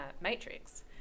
matrix